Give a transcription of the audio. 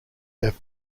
have